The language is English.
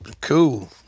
cool